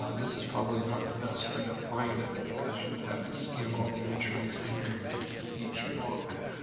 ah this is probably not the best way to find it, because you would have to skim all the entries under each book.